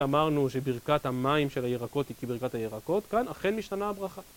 אמרנו שברכת המים של הירקות היא כברכת הירקות, כאן אכן משתנה הברכה.